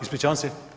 Ispričavam se.